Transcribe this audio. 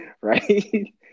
Right